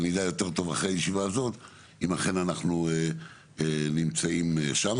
ואני אדע יותר טוב אחרי הישיבה הזאת אם אכן אנחנו נמצאים שם.